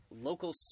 local